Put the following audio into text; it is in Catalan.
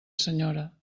senyora